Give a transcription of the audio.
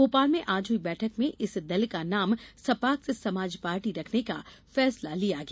भोपाल में आज हुई बैठक में इस दल का नाम सपाक्स समाज पार्टी रखने का फैसला लिया गया